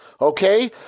Okay